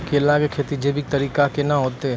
केला की खेती जैविक तरीका के ना होते?